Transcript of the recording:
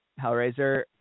Hellraiser